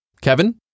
Kevin